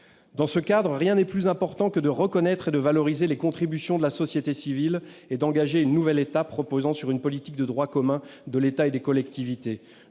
Dans ce cadre, rien n'est plus important que de reconnaître et de valoriser les contributions de la société civile, et d'engager une nouvelle étape reposant sur une politique de droit commun de l'État et des collectivités.